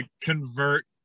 convert